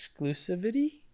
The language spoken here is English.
exclusivity